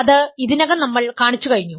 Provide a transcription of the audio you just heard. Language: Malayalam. അത് ഇതിനകം നമ്മൾ കാണിച്ചു കഴിഞ്ഞു